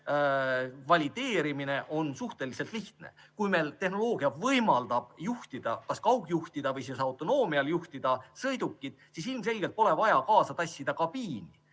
valideerimine on suhteliselt lihtne. Kui tehnoloogia võimaldab juhtida – kas kaugjuhtimise teel või autonoomiapõhiselt juhtida – sõidukit, siis ilmselgelt pole vaja kaasa tassida kabiini,